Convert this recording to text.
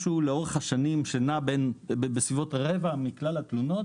משהו לאורך השנים שנע בסביבות רבע מכלל התלונות